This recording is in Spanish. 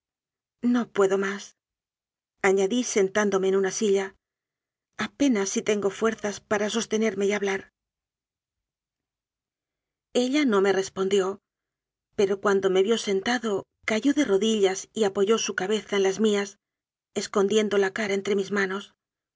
no puedo másañadí sentándome en una silla apenas si tengo fuerzas para sostenerme y hablar ella no me respondió pero cuando me vió sen tado cayó de rodillas y apoyó su cabeza en las mías escondiendo la cara entre mis manos